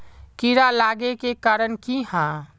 कीड़ा लागे के कारण की हाँ?